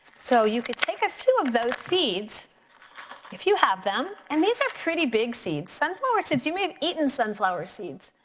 so you could take a few of those seeds if you have them, and these are pretty big seeds. sunflower seeds, you may have and eaten sunflower seeds.